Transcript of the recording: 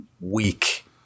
weak